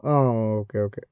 ആ okay okay